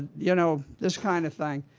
you know this kind of thing.